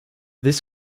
this